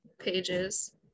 pages